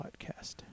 podcast